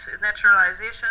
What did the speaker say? naturalization